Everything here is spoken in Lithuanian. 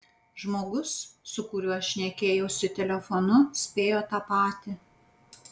žmogus su kuriuo šnekėjausi telefonu spėjo tą patį